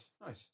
nice